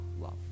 love